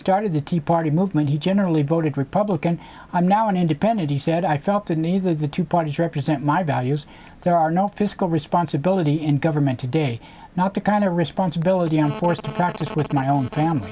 started the tea party movement he generally voted republican i'm now an independent he said i felt the need for the two parties represent my values there are no fiscal responsibility in government today not the kind of responsibility i'm forced to practice with my own family